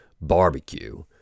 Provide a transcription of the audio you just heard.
barbecue